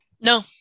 no